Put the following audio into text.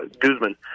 guzman